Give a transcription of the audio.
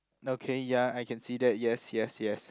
okay ya I can see that yes yes yes